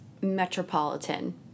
metropolitan